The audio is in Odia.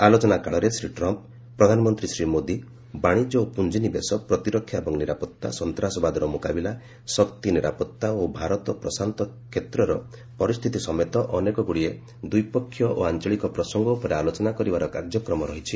ଆଲୋଚନା କାଳରେ ଶ୍ରୀ ଟ୍ରମ୍ପ୍ ପ୍ରଧାନମନ୍ତ୍ରୀ ଶ୍ରୀ ମୋଦି ବାଣିଜ୍ୟ ଓ ପୁଞ୍ଜିନିବେଶ ପ୍ରତିରକ୍ଷା ଏବଂ ନିରାପତ୍ତା ସନ୍ତାସବାଦର ମୁକାବିଲା ଶକ୍ତି ନିରାପତ୍ତା ଓ ଭାରତ ପ୍ରଶାନ୍ତ କ୍ଷେତ୍ରର ପରିସ୍ଥିତି ସମେତ ଅନେକଗ୍ରଡ଼ିଏ ଦ୍ୱିପକ୍ଷୀୟ ଓ ଆଞ୍ଚଳିକ ପ୍ରସଙ୍ଗ ଉପରେ ଆଲୋଚନା କରିବାର କାର୍ଯ୍ୟକ୍ରମ ରହିଛି